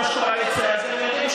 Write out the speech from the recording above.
אני מתנצל.